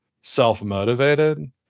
self-motivated